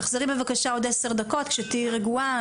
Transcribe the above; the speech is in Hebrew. תחזרי בבקשה עוד 10 דקות כשתהיי רגועה.